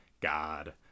God